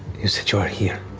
you said you are here.